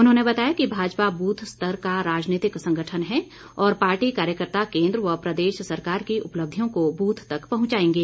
उन्होंने बताया कि भाजपा बूथ स्तर का राजनीतिक संगठन है और पार्टी कार्यकर्ता केन्द्र व प्रदेश सरकार की उपलब्धियों को बूथ तक पहुंचाएंगे